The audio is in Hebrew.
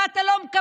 מה, אתה לא מקבל?